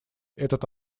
этот